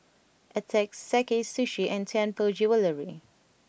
attack Sakae Sushi and Tianpo Jewellery